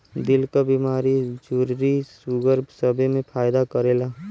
दिल क बीमारी झुर्री सूगर सबे मे फायदा करेला